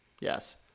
Yes